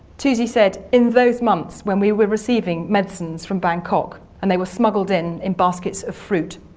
toosey said, in those months when we were receiving medicines from bangkok and they were smuggled in in baskets of fruit,